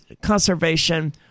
conservation